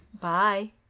bye